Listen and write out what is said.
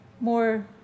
more